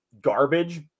garbage